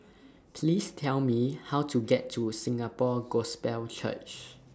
Please Tell Me How to get to Singapore Gospel Church